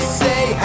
say